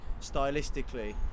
stylistically